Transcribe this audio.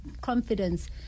confidence